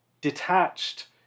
detached